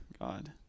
God